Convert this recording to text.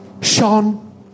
Sean